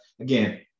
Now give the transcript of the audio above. Again